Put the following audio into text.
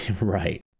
Right